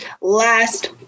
last